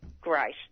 Great